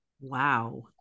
Wow